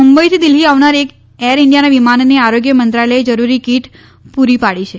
મુંબઈથી દિલ્ફી આવનાર એર ઈન્ડિયાના વિમાનને આરોગ્ય મંત્રાલયે જરૂરી કિટ પુરી પાડી છે